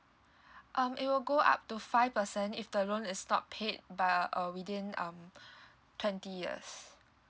um it will go up to five percent if the loan is not paid by uh uh within um twenty years